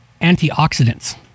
antioxidants